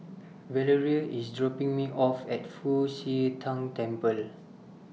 Valeria IS dropping Me off At Fu Xi Tang Temple